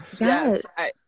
Yes